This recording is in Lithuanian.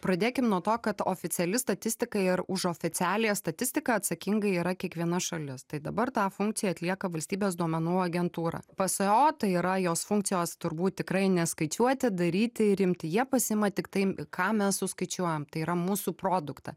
pradėkim nuo to kad oficiali statistika ir už oficialiąją statistiką atsakinga yra kiekviena šalis tai dabar tą funkciją atlieka valstybės duomenų agentūra pso tai yra jos funkcijos turbūt tikrai ne skaičiuoti daryti ir imti jie pasiima tik tai ką mes suskaičiuojam tai yra mūsų produktą